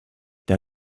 der